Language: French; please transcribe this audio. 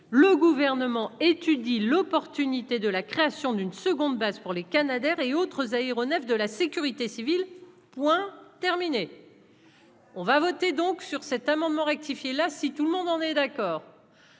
le gouvernement étudie l'opportunité de la création d'une seconde baisse pour les canadairs et autres aéronefs de la sécurité civile, point terminé on va voter donc sur cet amendement rectifier là, si tout le monde en est d'accord.